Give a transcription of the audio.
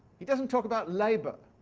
he doesn't talk about labour.